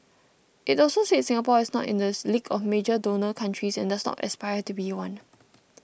it also said Singapore is not in the league of major donor countries and does not aspire to be one